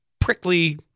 prickly